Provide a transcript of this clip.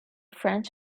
french